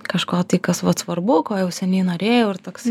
kažko tai kas vat svarbu ko jau seniai norėjau ir toks